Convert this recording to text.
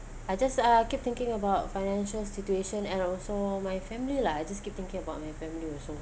I just uh keep thinking about financial situation and also my family lah I just keep thinking about my family also